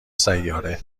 سیاره